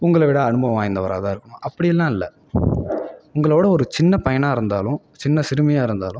உங்களை விட அனுபவம் வாய்ந்தவராக தான் இருக்கணும் அப்படின்லாம் இல்லை உங்களை விட ஒரு சின்ன பையனாக இருந்தாலும் சின்ன சிறுமியாக இருந்தாலும்